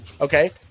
Okay